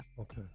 Okay